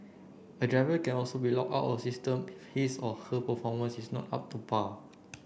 a driver can also be out of the system his or her performance is not up to par